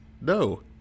No